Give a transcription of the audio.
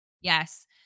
Yes